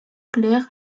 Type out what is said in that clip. clair